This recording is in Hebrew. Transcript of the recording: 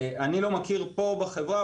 אני לא מכיר בחברה,